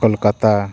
Kolkata